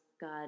God